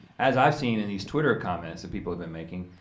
as i've seen in these twitter comments some people have been making.